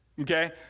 okay